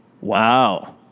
wow